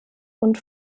und